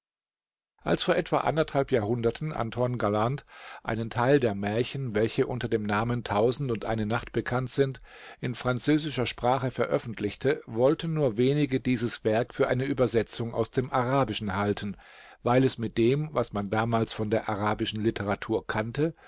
als vor etwa anderthalb jahrhunderten anton galland einen teil der märchen welche unter dem namen tausend und eine nacht bekannt sind in französischer sprache veröffentlichte wollten nur wenige dieses werk für eine übersetzung aus dem arabischen halten weil es mit dem was man damals von der arabischen literatur kannte